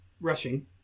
rushing